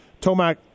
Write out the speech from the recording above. Tomac